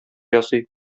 ясый